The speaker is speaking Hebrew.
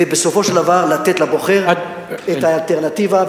ובסופו של דבר לתת לבוחר את האלטרנטיבה.